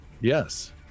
Yes